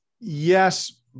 yes